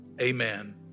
Amen